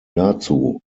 dazu